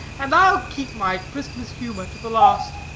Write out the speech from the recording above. and i'll keep my christmas humour to the last.